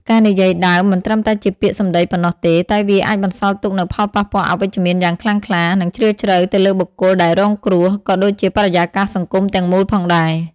ការនិយាយដើមមិនត្រឹមតែជាពាក្យសម្ដីប៉ុណ្ណោះទេ តែវាអាចបន្សល់ទុកនូវផលប៉ះពាល់អវិជ្ជមានយ៉ាងខ្លាំងខ្លា និងជ្រាលជ្រៅទៅលើបុគ្គលដែលរងគ្រោះ ក៏ដូចជាបរិយាកាសសង្គមទាំងមូលផងដែរ។